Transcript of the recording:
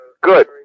Good